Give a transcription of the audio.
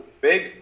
big